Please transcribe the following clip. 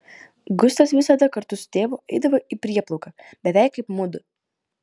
gustas visada kartu su tėvu eidavo į prieplauką beveik kaip mudu